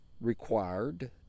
required